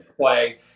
play